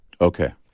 Okay